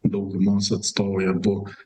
daugumos atstovai abu